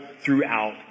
throughout